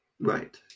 Right